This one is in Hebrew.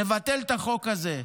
נבטל את החוק הזה.